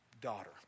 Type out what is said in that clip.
daughter